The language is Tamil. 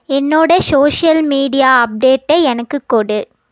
என்னோட சோஷியல் மீடியா அப்டேட்டை எனக்கு கொடு